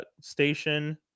station